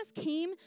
came